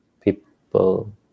people